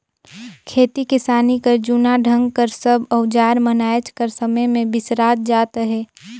खेती किसानी कर जूना ढंग कर सब अउजार मन आएज कर समे मे बिसरात जात अहे